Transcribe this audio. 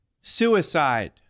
suicide